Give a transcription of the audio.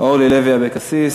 אורלי לוי אבקסיס,